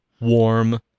warm